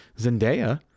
Zendaya